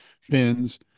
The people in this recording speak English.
fins